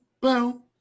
boom